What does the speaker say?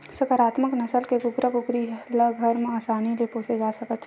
संकरामक नसल के कुकरा कुकरी ल घर म असानी ले पोसे जा सकत हे